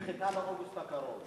היא נדחתה לאוגוסט הקרוב.